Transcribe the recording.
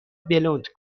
بلوند